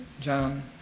John